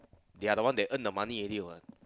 the other one they earn the money already what